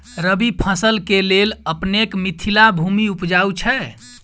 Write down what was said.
रबी फसल केँ लेल अपनेक मिथिला भूमि उपजाउ छै